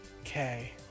Okay